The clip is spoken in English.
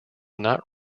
not